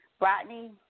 Rodney